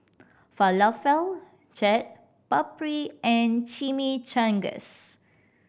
Falafel Chaat Papri and Chimichangas